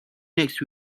next